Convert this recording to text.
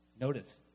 Notice